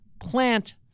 plant